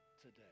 today